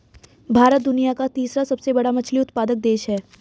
भारत दुनिया का तीसरा सबसे बड़ा मछली उत्पादक देश है